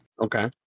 Okay